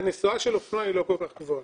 שהנסועה של אופנוע היא לא כל כך גבוהה.